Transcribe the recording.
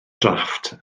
drafft